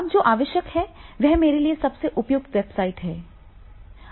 अब जो आवश्यक है वह मेरे लिए सबसे उपयुक्त वेबसाइट है